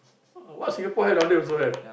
what Singapore have down there also have